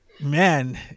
Man